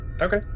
Okay